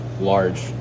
large